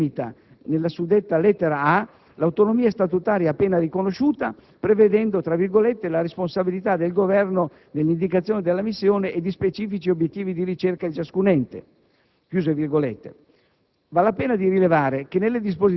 Al riguardo il disegno di legge limita nella suddetta lettera *a)* l'autonomia statutaria appena riconosciuta, prevedendo «la responsabilità del Governo nell'indicazione della missione e di specifici obiettivi di ricerca di ciascun Ente». Val la